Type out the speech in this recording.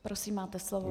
Prosím, máte slovo.